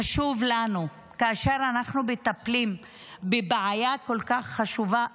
כאשר אנחנו מטפלים בבעיה כל כך חשובה,